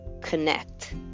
connect